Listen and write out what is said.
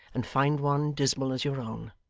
and find one dismal as your own.